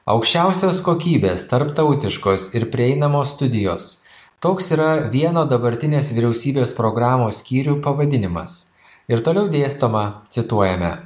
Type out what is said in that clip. aukščiausios kokybės tarptautiškos ir prieinamos studijos toks yra vieno dabartinės vyriausybės programos skyrių pavadinimas ir toliau dėstoma cituojame